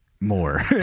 more